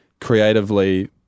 creatively